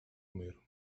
миру